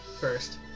first